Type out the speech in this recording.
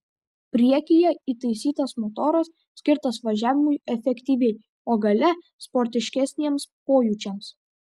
priekyje įtaisytas motoras skirtas važiavimui efektyviai o gale sportiškesniems pojūčiams